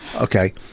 Okay